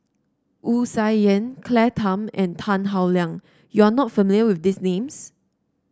Wu Tsai Yen Claire Tham and Tan Howe Liang you are not familiar with these names